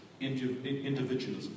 individualism